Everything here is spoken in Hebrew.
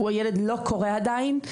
הילד לא קורא עדיין,